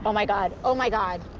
but my god! oh, my god!